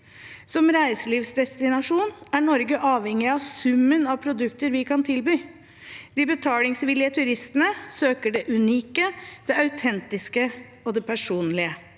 Som reiselivsdestinasjon er Norge avhengig av summen av produkter vi kan tilby. De betalingsvillige turistene søker det unike, det autentiske og det personlige.